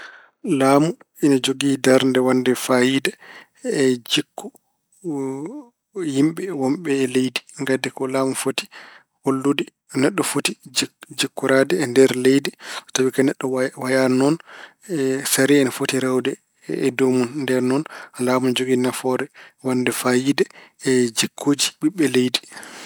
Laamu ina jogii darnde waɗde faayiida e jikku yimɓe wonɓe e leydi. Ngati ko laamu foti hollude no neɗɗo foti jik- jikkoraade e nder leydi. Tawi kadi neɗɗo way- wayaani noon, sariya ene foti rewde e dow mun. Ndeen noon laamu ene jogii nafoore waɗnde faayiida e jikkuuji ɓiɓɓe leydi.